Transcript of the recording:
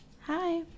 Hi